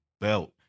belt